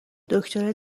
دکتره